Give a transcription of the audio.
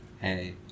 Hey